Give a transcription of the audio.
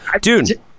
dude